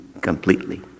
completely